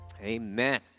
Amen